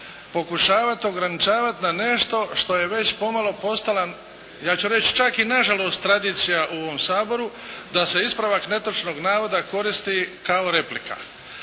pokušavati ograničavati na nešto što je već pomalo postala ja ću reći čak i nažalost tradicija u ovom Saboru da se ispravak netočnog navoda koristi kao replika.